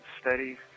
studies